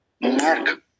Mark